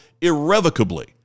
irrevocably